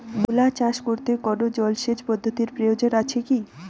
মূলা চাষ করতে কোনো জলসেচ পদ্ধতির প্রয়োজন আছে কী?